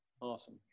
Awesome